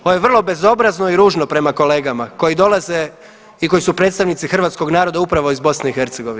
Ovo je vrlo bezobrazno i ružno prema kolegama koji dolaze i koji su predstavnici hrvatskog naroda upravo iz BiH.